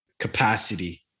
Capacity